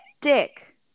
dick